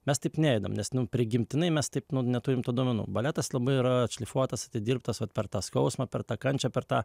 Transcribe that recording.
mes taip nejudam nes nu prigimtinai mes taip neturim tų duomenų baletas labai yra atšlifuotas atidirbtas vat per tą skausmą per tą kančią per tą